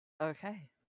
Okay